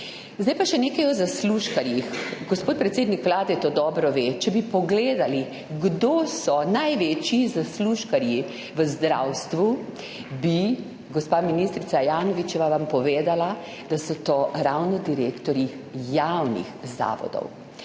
Zdaj pa še nekaj o zaslužkarjih. Gospod predsednik Vlade to dobro ve – če bi pogledali, kdo so največji zaslužkarji v zdravstvu, bi vam gospa ministrica Ajanovićeva povedala, da so to ravno direktorji javnih zavodov.